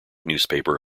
newspaper